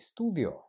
estudio